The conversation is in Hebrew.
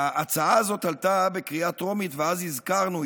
ההצעה הזאת עלתה בקריאה הטרומית ואז הזכרנו,